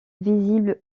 visible